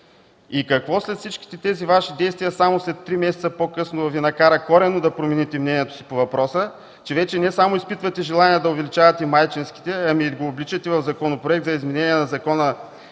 Какво след всички тези Ваши действия само след три месеца по-късно Ви накара коренно да промените мнението си по въпроса, че вече не само изпитвате желание да увеличавате майчинските, ами ги обличате в Законопроект за изменение на Закона